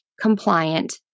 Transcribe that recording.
compliant